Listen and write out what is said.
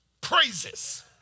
praises